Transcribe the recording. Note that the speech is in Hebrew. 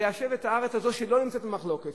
ליישב את הארץ הזאת שהיא לא נמצאת במחלוקת,